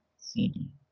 CD